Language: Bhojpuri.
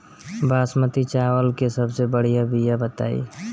बासमती चावल के सबसे बढ़िया बिया बताई?